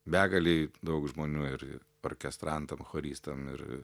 begalei daug žmonių ir orkestrantam choristam ir